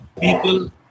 people